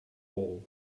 wall